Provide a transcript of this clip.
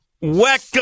welcome